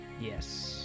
Yes